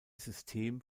system